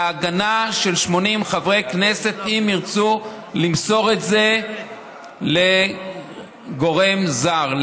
וההגנה של 80 חברי כנסת אם ירצו למסור אותם זה לגורם זר.